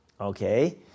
Okay